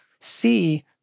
see